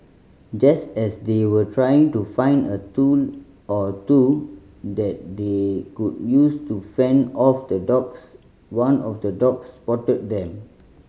just as they were trying to find a tool or two that they could use to fend off the dogs one of the dogs spotted them